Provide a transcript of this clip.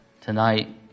tonight